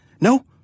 No